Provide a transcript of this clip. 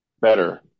better